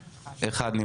אחד.